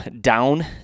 down